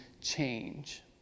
change